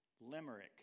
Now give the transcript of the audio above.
limerick